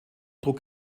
druck